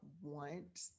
want